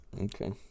Okay